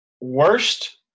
worst –